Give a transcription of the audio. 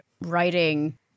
writing